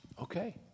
Okay